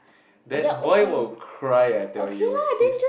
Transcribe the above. that boy will cry I tell you he's